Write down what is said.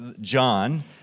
John